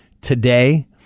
today